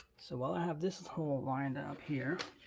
so while i have this hole lined up here,